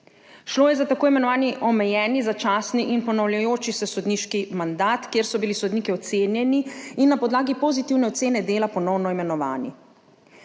Šlo je za tako imenovani omejeni, začasni in ponavljajoči se sodniški mandat, kjer so bili sodniki ocenjeni in na podlagi pozitivne ocene dela ponovno imenovani.